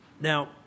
Now